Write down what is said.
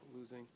losing